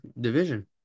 division